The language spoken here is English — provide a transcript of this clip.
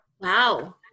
Wow